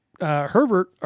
Herbert